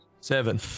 seven